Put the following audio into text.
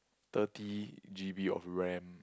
thirty G_B of ram